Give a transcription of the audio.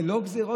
זה לא גזרות?